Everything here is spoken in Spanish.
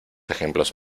ejemplos